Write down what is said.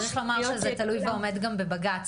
צריך לומר שזה תלוי ועומד גם בבג"צ